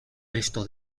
resto